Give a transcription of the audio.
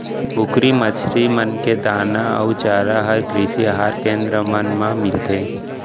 कुकरी, मछरी मन के दाना अउ चारा हर कृषि अहार केन्द्र मन मा मिलथे